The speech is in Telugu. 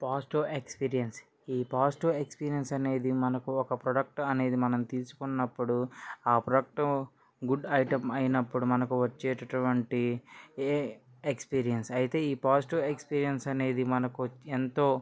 పాజిటివ్ ఎక్స్పీరియన్స్ ఈ పాజిటివ్ ఎక్స్పీరియన్స్ అనేది మనకు ఒక ప్రోడక్ట్ అనేది మనం తీసుకున్నపుడు ఆ ప్రోడక్ట్ గుడ్ ఐటెమ్ అయినప్పుడు మనకు వచ్చేటటువంటి ఏ ఎక్స్పీరియన్స్ అయితే ఈ పాజిటివ్ ఎక్స్పీరియన్స్ అనేది మనకు ఎంతో